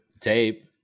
Tape